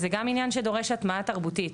זה גם עניין שדורש הטמעה תרבותית.